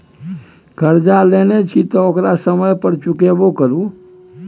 करजा लेने छी तँ ओकरा समय पर चुकेबो करु